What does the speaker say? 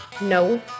no